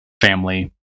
Family